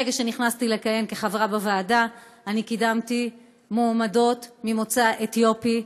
מהרגע שנכנסתי לכהן כחברה בוועדה קידמתי מועמדות ממוצא אתיופי,